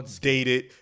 dated